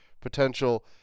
potential